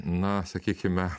na sakykime